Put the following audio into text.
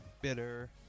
bitter